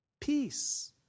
peace